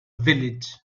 village